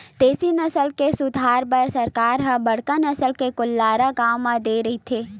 देसी नसल के सुधार बर ही सरकार ह बड़का नसल के गोल्लर गाँव म दे रहिथे